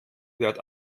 wird